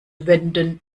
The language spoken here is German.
wenden